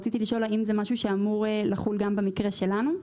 רציתי לשאול: האם זה משהו שאמור לחול גם במקרה שלנו?